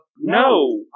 No